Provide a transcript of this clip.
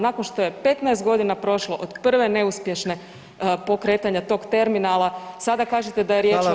Nakon što je 15 godina prošlo od prve neuspješne pokretanja tog terminala sada kažete da je riječ o dojmu.